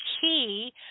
key